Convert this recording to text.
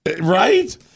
Right